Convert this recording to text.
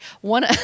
one